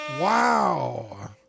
wow